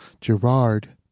Gerard